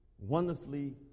wonderfully